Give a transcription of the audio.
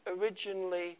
originally